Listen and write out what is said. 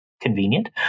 convenient